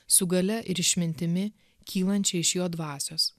su galia ir išmintimi kylančia iš jo dvasios